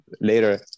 later